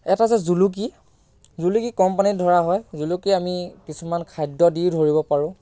এটা হৈছে জুলুকি জুলুকি কম পানীত ধৰা হয় জুলুকি আমি কিছুমান খাদ্য দি ধৰিব পাৰোঁ